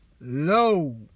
low